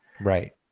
Right